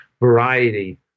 variety